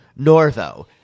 Norvo